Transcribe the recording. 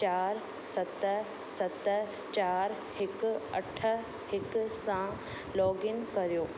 चार सत सत चार हिकु अठ हिक सां लॉगिन कर्यो